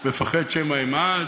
אני מפחד שמא אמעד.